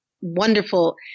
wonderful